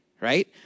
right